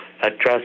address